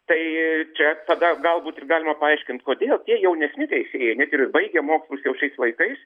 tai čia tada galbūt ir galima paaiškinti kodėl tie jaunesni teisėjai net ir baigę mokslus jau šiais laikais